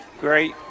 great